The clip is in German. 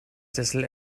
sessel